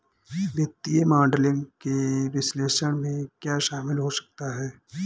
वित्तीय मॉडलिंग के विश्लेषण में क्या शामिल हो सकता है?